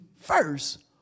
first